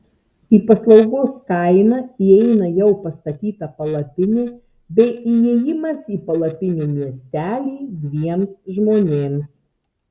į paslaugos kainą įeina jau pastatyta palapinė bei įėjimas į palapinių miestelį dviems žmonėms